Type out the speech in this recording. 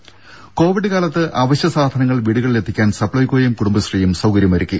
രെട കോവിഡ്കാലത്ത് അവശ്യസാധനങ്ങൾ വീടുകളിലെ ത്തിക്കാൻ സപ്പൈക്കോയും കുടുംബശ്രീയും സൌകര്യമൊരുക്കി